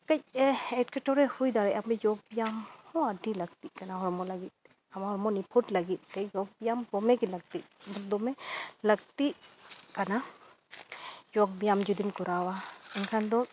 ᱠᱟᱺᱪ ᱮᱴᱠᱮᱴᱚᱬᱮ ᱦᱩᱭ ᱫᱟᱲᱮᱭᱟᱜᱼᱟ ᱡᱳᱜᱽ ᱵᱮᱭᱟᱢ ᱦᱚᱸ ᱟᱹᱰᱤ ᱞᱟᱹᱠᱛᱤᱜ ᱠᱟᱱᱟ ᱦᱚᱲᱢᱚ ᱞᱟᱹᱜᱤᱫᱼᱛᱮ ᱟᱢᱟᱜ ᱦᱚᱲᱢᱚ ᱱᱤᱯᱷᱩᱴ ᱞᱟᱹᱜᱤᱫ ᱛᱮᱫᱚ ᱵᱮᱭᱟᱢ ᱫᱚᱢᱮᱜᱮ ᱞᱟᱹᱠᱛᱤᱜ ᱠᱟᱱᱟ ᱡᱳᱜᱽ ᱵᱮᱭᱟᱢ ᱡᱩᱫᱤᱢ ᱠᱚᱨᱟᱣᱟ ᱮᱱᱠᱷᱟᱱ ᱫᱚ